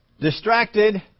distracted